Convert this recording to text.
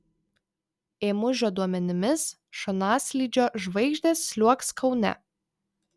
ėmužio duomenimis šonaslydžio žvaigždės sliuogs kaune